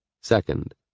Second